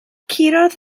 curodd